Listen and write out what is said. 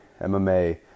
MMA